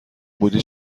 بودی